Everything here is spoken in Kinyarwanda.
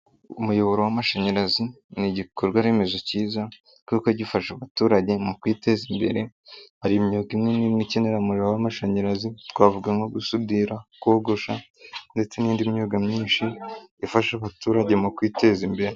Umuyoboro w'amashanyarazi ni igikorwaremezo cyiza kuko gifasha abaturage mu kwiteza imbere, hari imyuga imwe n'imwe ikenera umuriro w'amashanyarazi, twavuga nko gusudira, kogosha ndetse n'indi myuga myinshi, ifasha abaturage mu kwiteza imbere.